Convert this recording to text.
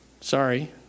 Sorry